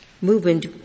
movement